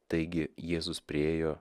taigi jėzus priėjo